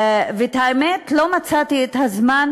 והאמת, לא מצאתי את הזמן